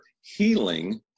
healing